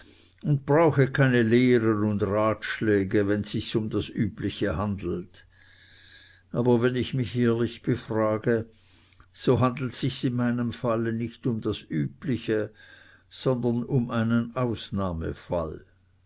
und brauche keine lehren und ratschläge wenn sich's um das übliche handelt aber wenn ich mich ehrlich befrage so handelt sich's in meinem falle nicht um das übliche sondern um einen ausnahmefall